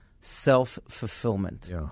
self-fulfillment